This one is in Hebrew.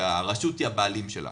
שהרשות היא הבעלים שלהם.